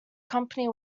company